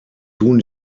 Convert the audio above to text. tun